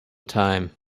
time